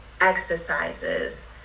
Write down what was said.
exercises